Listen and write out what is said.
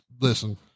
listen